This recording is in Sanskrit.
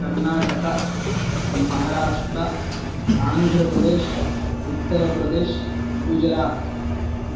कर्णाटक महाराष्ट्रम् आन्ध्रप्रदेशः उत्तरप्रदेशः गुजरात्